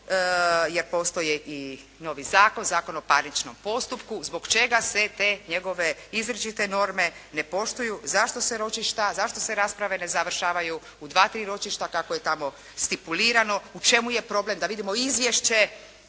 jer postoji i novi zakon, Zakon o parničnom postupku, zbog čega se te njegove izričite norme ne poštuju, zašto se ročišta, zašto se rasprave ne završavaju u dva, tri ročišta kako je tamo stipulirano? U čemu je problem? Da vidimo izvješće